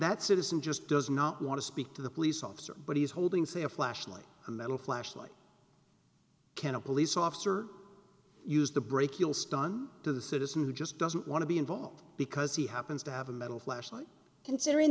that citizen just does not want to speak to the police officer but he's holding say a flashlight and then a flashlight can a police officer use the brachial stun to the citizen who just doesn't want to be involved because he happens to have a metal flashlight considering